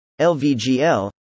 LVGL